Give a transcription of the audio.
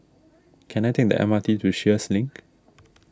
can I take the M R T to Sheares Link